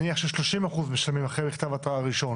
נניח ש-30% משלמים אחרי מכתב התראה ראשון.